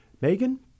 Megan